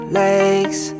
legs